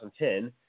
2010